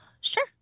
sure